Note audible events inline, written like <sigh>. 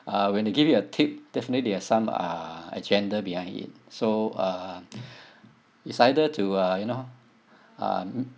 uh when they give you a tip definitely they have some uh agenda behind it so uh <noise> it's either to uh you know um